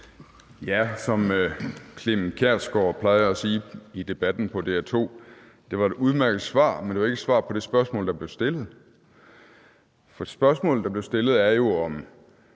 Ja, som Clement Kjersgaard plejer at sige i Debatten på DR2: Det var et udmærket svar, men det var ikke et svar på det spørgsmål, der blev stillet. For spørgsmålet, der blev stillet, var jo, om